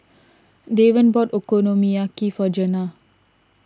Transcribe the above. Devan bought Okonomiyaki for Gena